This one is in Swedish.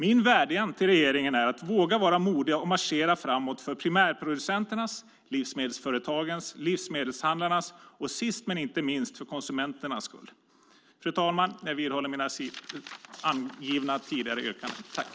Min vädjan till regeringen är att våga vara modig och marschera framåt för primärproducenternas, livsmedelsföretagens, livsmedelshandlarnas och sist men inte minst konsumenternas skull. Fru talman! Jag vidhåller mina angivna tidigare yrkanden.